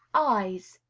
eyes,